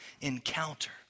encounter